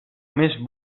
més